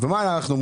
ומה אנחנו אומרים?